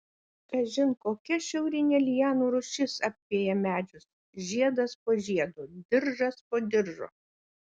kažin kokia šiaurinė lianų rūšis apveja medžius žiedas po žiedo diržas po diržo